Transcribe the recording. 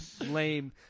lame